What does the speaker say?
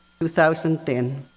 2010